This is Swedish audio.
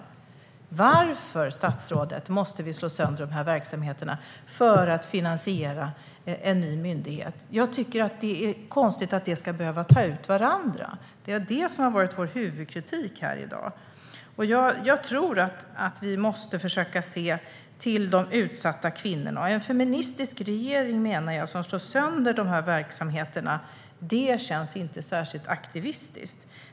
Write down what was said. Varför, statsrådet, måste vi slå sönder de här verksamheterna för att finansiera en ny myndighet? Jag tycker att det är konstigt att de ska behöva ta ut varandra. Det är det som har varit vår huvudkritik här i dag. Jag tror att vi måste försöka se till de utsatta kvinnorna. Att en feministisk regering slår sönder de här verksamheterna känns inte särskilt aktivistiskt.